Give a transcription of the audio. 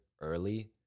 early